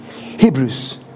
Hebrews